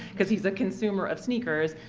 cause he's a consumer of sneakers.